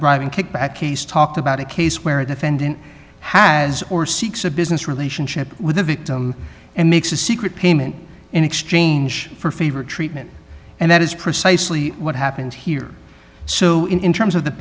bribe in kickback case talked about a case where a defendant has or seeks a business relationship with the victim and makes a secret payment in exchange for favor treatment and that is precisely what happened here so in terms of the